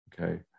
okay